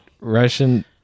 russian